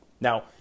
Now